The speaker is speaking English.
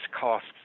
costs